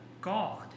God